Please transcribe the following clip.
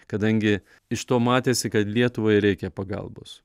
kadangi iš to matėsi kad lietuvai reikia pagalbos